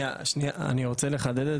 אני רוצה לחדד את